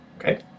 Okay